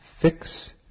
fix